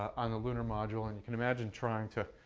ah and lunar module. and you can imagine trying to,